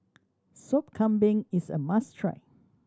Sop Kambing is a must try